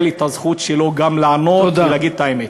את הזכות שלו גם לענות ולהגיד את האמת.